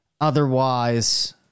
otherwise